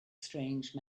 strange